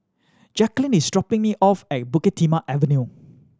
Jacquline is dropping me off at Bukit Timah Avenue